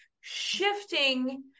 shifting